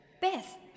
Beth